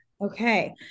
Okay